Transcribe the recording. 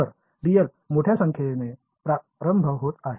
तर dl मोठ्या संख्येने प्रारंभ होत आहे आणि कमी होत आहे